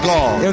God